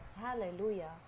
Hallelujah